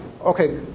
okay